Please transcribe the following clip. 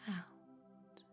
out